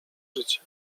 życie